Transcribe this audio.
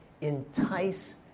entice